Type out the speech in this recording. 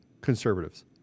conservatives